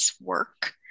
work